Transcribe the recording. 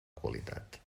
qualitat